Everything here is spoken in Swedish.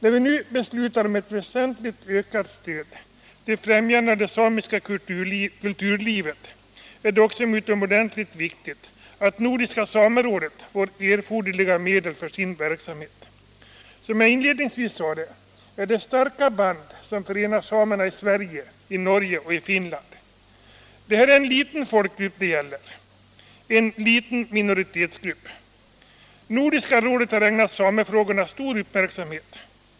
När vi nu beslutar om ett väsentligt ökat stöd till det samiska kulturlivet är det också utomordentligt viktigt att Nordiska samerådet får erforderliga medel för sin verksamhet. Som jag inledningsvis sade är det starka band som förenar samerna i Sverige, Norge och Finland. Det är en liten folkgrupp det gäller, en liten minoritetsgrupp. Nordiska rådet har ägnat samefrågorna stor uppmirksamhet.